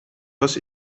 was